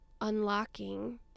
unlocking